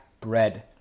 bread